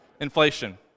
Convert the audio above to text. Inflation